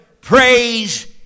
praise